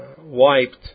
wiped